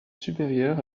supérieures